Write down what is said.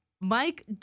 Mike